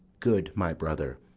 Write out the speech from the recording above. good my brother,